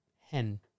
hen